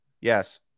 yes